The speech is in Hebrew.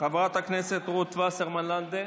חברת הכנסת רות וסרמן לנדה,